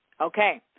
Okay